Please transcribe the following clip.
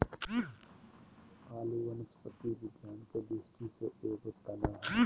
आलू वनस्पति विज्ञान के दृष्टि से एगो तना हइ